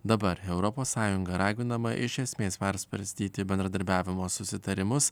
dabar europos sąjunga raginama iš esmės persvarstyti bendradarbiavimo susitarimus